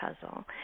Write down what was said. puzzle